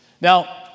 Now